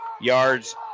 yards